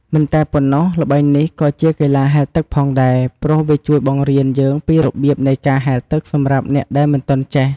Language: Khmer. មិនតែប៉ុណ្ណោះ ល្បែងនេះក៏ជាកីឡាហែលទឹកផងដែរ ព្រោះវាជួយបង្រៀនយើងពីរបៀបនៃការហែលទឹកសម្រាប់អ្នកដែលមិនទាន់ចេះ។